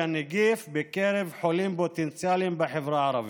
הנגיף בקרב חולים פוטנציאליים בחברה הערבית.